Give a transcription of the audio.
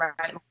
right